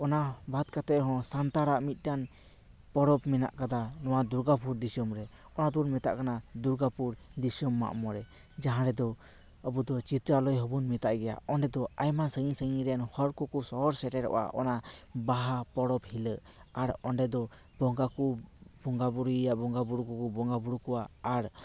ᱚᱱᱟ ᱵᱟᱫᱽ ᱠᱟᱛᱮ ᱦᱚᱸ ᱥᱟᱱᱛᱟᱲᱟᱜ ᱢᱤᱫᱴᱮᱱ ᱯᱚᱨᱚᱵᱽ ᱢᱮᱱᱟᱜ ᱠᱟᱫᱟ ᱱᱚᱣᱟ ᱫᱩᱨᱜᱟᱯᱩᱨ ᱫᱤᱥᱚᱢᱨᱮ ᱚᱱᱟᱫᱚᱵᱚᱱ ᱢᱮᱛᱟᱜ ᱠᱟᱱᱟ ᱫᱩᱨᱜᱟᱯᱩᱨ ᱫᱤᱥᱚᱢ ᱢᱟᱜᱽ ᱢᱚᱬᱮ ᱡᱟᱦᱟᱸ ᱨᱮᱫᱚ ᱟᱵᱚᱫᱚ ᱪᱤᱛᱛᱨᱟᱞᱚᱭ ᱦᱚᱵᱚᱱ ᱢᱮᱛᱟ ᱜᱮᱭᱟ ᱚᱸᱰᱮ ᱫᱚ ᱟᱭᱢᱟ ᱥᱟ ᱺᱜᱤᱧ ᱥᱟᱺᱜᱤᱧ ᱨᱮᱱ ᱦᱚᱲ ᱠᱚᱠᱚ ᱥᱚᱦᱚᱨ ᱥᱮᱴᱮᱚᱜᱼᱟ ᱚᱱᱟ ᱵᱟᱦᱟᱸ ᱯᱚᱨᱚᱵᱽ ᱦᱤᱞᱟ ᱜᱚᱸᱰᱮ ᱫᱚ ᱵᱚᱸᱜᱟ ᱠᱚ ᱵᱚᱸᱜᱟ ᱵᱩᱨᱩᱭᱼᱟ ᱵᱚᱸᱜᱟ ᱵᱩᱨᱩ ᱠᱚᱠᱚ ᱵᱚᱸᱜᱟ ᱵᱩᱨᱩ ᱠᱚᱣᱟ ᱟᱨ